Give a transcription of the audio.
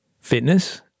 fitness